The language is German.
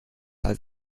als